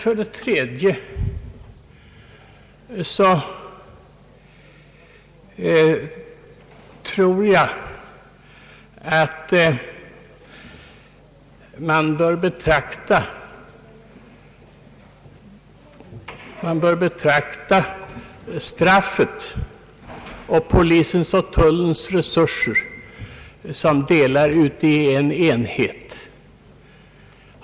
För det tredje tror jag att man bör betrakta straffet samt polisens och tullens resurser som delar av en enhet.